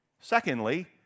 Secondly